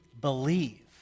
believe